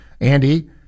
Andy